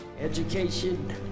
Education